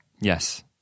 Yes